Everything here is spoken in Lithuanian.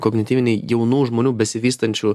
kognityviniai jaunų žmonių besivystančių